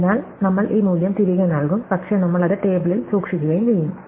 അതിനാൽ നമ്മൾ ഈ മൂല്യം തിരികെ നൽകും പക്ഷേ നമ്മൾ അത് ടേബിളിൽ സൂക്ഷിക്കുകയും ചെയ്യും